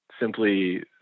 simply